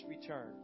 return